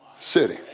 city